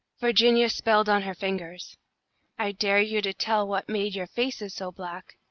virginia spelled on her fingers i dare you to tell what made your faces so black!